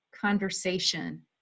conversation